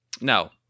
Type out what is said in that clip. No